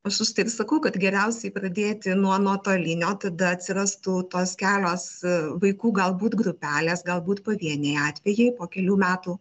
aš užtai ir sakau kad geriausiai pradėti nuo nuotolinio tada atsirastų tos kelios vaikų galbūt grupelės galbūt pavieniai atvejai po kelių metų